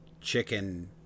chicken